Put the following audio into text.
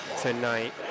tonight